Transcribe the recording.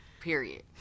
Period